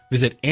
Visit